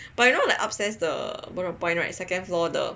but you know like upstairs the Bedok point right second floor the